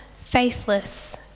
faithless